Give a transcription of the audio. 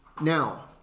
Now